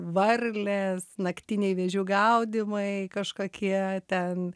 varlės naktiniai vėžių gaudymai kažkokie ten